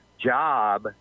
job